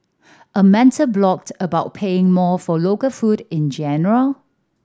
a mental block about paying more for local food in general